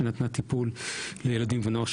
שנתנה טיפול לילדים ונוער,